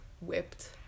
whipped